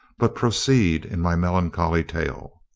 but proceed in my melancholy tale.